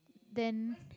then